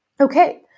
Okay